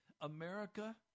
America